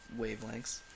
wavelengths